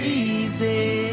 easy